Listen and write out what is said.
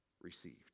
received